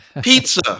Pizza